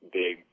big